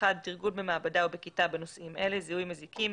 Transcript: תרגול במעבדה או בכיתה בנושאים אלה זיהוי מזיקים,